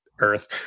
earth